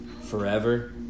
Forever